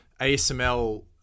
ASML